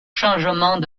changements